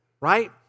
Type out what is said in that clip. Right